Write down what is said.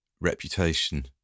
reputation